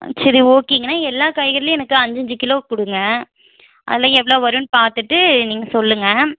ம் சரி ஓகேங்கண்ணா எல்லா காய்கறிலேயும் எனக்கு அஞ்சு அஞ்சு கிலோ கொடுங்க அதெல்லாம் எவ்வளோ வரும்னு பார்த்துட்டு நீங்கள் சொல்லுங்கள்